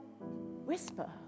whisper